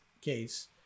case